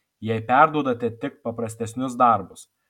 jai perduodate tik paprastesnius darbus